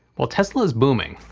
while tesla is booming,